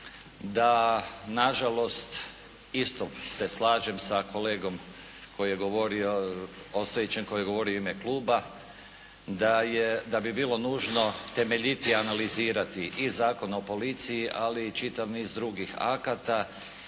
da na žalost isto se slažem sa kolegom koji je govorio, postojećim koji je govorio u ime kluba, da bi bilo nužno temeljitije analizirati i Zakon o policiji, ali i čitav niz drugih akata